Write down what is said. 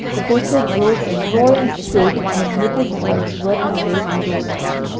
the baker drove a roaring trade, and admitted that i was worth my weight in gold to him.